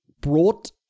brought